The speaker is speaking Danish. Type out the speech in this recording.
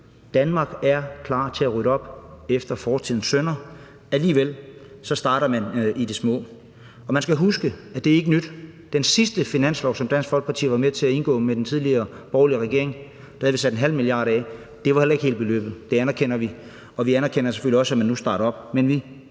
Danmark er klar til at rydde op efter fortidens synder, alligevel starter man i det små. Og man skal huske, at det ikke er nyt. I den sidste finanslov, som Dansk Folkeparti var med til at indgå aftale om med den tidligere borgerlige regering, havde vi sat 0,5 mia. kr. af. Det var heller ikke hele beløbet, det anerkender vi, og vi anerkender selvfølgelig også, at man nu starter op.